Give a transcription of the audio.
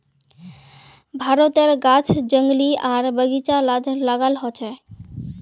भारतेर गाछ जंगली आर बगिचात लगाल होचे